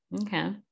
Okay